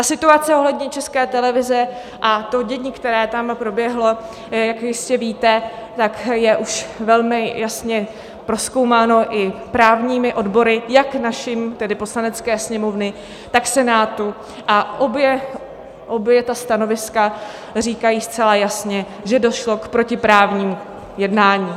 Situace ohledně České televize a to dění, které tam proběhlo, jak jistě víte, je už velmi jasně prozkoumáno i právními odbory jak naším, tedy Poslanecké sněmovny, tak Senátu, a obě ta stanoviska říkají zcela jasně, že došlo k protiprávnímu jednání.